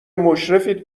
مشرفید